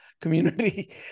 community